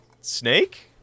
Snake